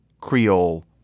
Creole